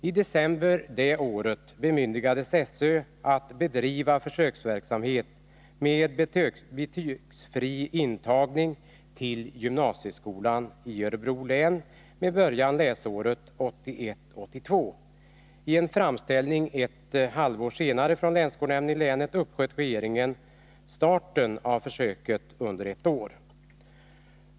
I december det året bemyndigades SÖ att bedriva försöksverksamhet med betygsfri intagning till gymnasieskolan i Örebro län, med början läsåret 1981/82. Efter en framställning ett halvår senare från länsskolnämnden i länet uppsköt regeringen starten av försöket ett år.